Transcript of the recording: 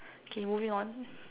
okay moving on